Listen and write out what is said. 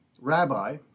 rabbi